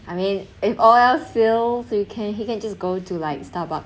I mean if all else fails you can you can just go to like starbucks